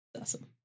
Awesome